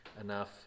enough